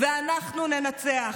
ואנחנו ננצח,